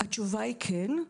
התשובה היא כן.